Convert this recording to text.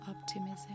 optimism